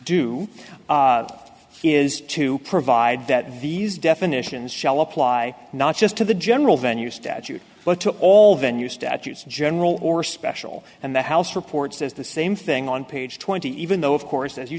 do is to provide that these definitions shall apply not just to the general venue statute but to all venue statutes general or special and the house report says the same thing on page twenty even though of course as you